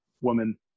woman